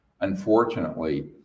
unfortunately